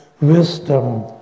wisdom